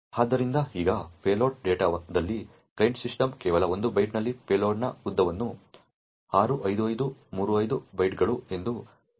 ಆದ್ದರಿಂದ ಈಗ ಪೇಲೋಡ್ ಡೇಟಾದಲ್ಲಿ ಕ್ಲೈಂಟ್ ಸಿಸ್ಟಮ್ ಕೇವಲ 1 ಬೈಟ್ನಲ್ಲಿ ಪೇಲೋಡ್ನ ಉದ್ದವನ್ನು 65535 ಬೈಟ್ಗಳು ಎಂದು ನಿರ್ದಿಷ್ಟಪಡಿಸಿದ್ದರೂ ಸಹ ತುಂಬುತ್ತದೆ